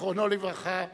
זיכרונו לברכה.)